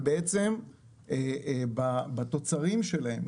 ובתוצרים שלהם,